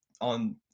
on